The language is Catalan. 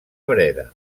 breda